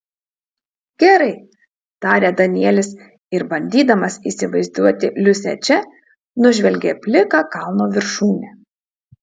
gerai tarė danielis ir bandydamas įsivaizduoti liusę čia nužvelgė pliką kalno viršūnę